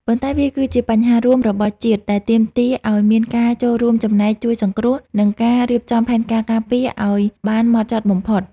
ប៉ុន្តែវាគឺជាបញ្ហារួមរបស់ជាតិដែលទាមទារឱ្យមានការចូលរួមចំណែកជួយសង្គ្រោះ និងការរៀបចំផែនការការពារឱ្យបានហ្មត់ចត់បំផុត។